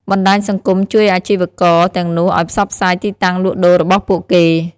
បណ្តាញសង្គមជួយអាជីវករទាំងនោះឱ្យផ្សព្វផ្សាយទីតាំងលក់ដូររបស់ពួកគេ ។